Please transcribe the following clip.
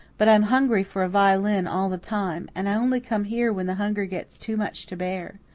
but i'm hungry for a violin all the time. and i only come here when the hunger gets too much to bear.